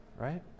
right